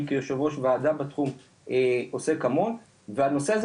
אני כיושב ראש וועדה בתחום עוסק כמוהם והנושא הזה